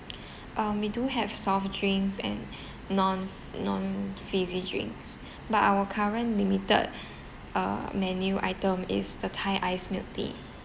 um we do have soft drinks and non-f~ non-fizzy drinks but our current limited uh menu item is the thai iced milk tea